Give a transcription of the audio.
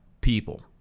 people